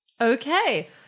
Okay